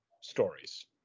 stories